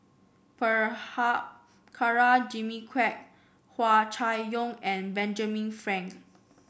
Prabhakara Jimmy Quek Hua Chai Yong and Benjamin Frank